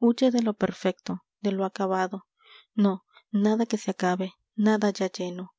huye de lo perfecto de lo acabado no nada que se acabe nada ya lleno